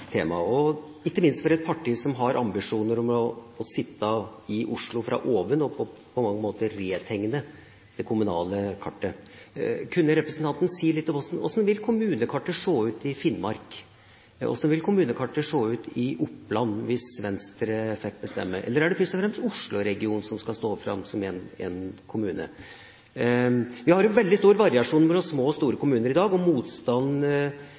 og fra oven på mange måter tegne det kommunale kartet på nytt. Kunne representanten si litt om hvordan kommunekartet vil se ut i Finnmark? Hvordan vil kommunekartet se ut i Oppland hvis Venstre fikk bestemme? Eller er det først og fremst Oslo-regionen som skal stå fram som én kommune? Vi har veldig stor variasjon mellom små og store kommuner i dag. Motstand mot endring er først og